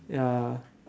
ya